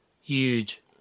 huge